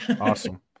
Awesome